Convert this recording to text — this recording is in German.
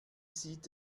sieht